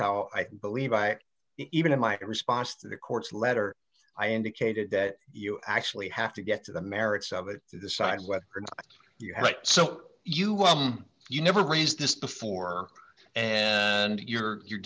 how i believe i even in my response to the court's letter i indicated that you actually have to get to the merits of it to decide whether or not you have it so you you never raised this before and you're